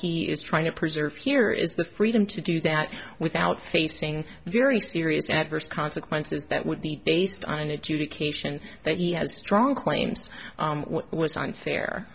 he is trying to preserve here is the freedom to do that without facing very serious adverse consequences that would be based on an adjudication that he has strong claims was unfair